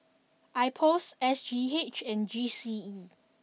Ipos S G H and G C E